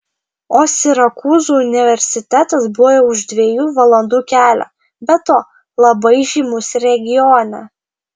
o sirakūzų universitetas buvo už dviejų valandų kelio be to labai žymus regione